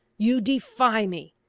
you defy me!